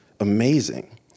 Amazing